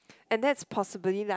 and that's possibly la